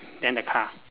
then the car